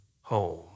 home